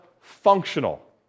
functional